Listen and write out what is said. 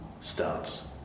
starts